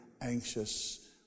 anxious